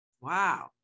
Wow